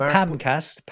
Pamcast